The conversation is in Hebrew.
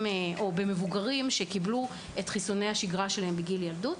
או במבוגרים שקיבלו את חיסוני השגרה שלהם בגיל ילדות.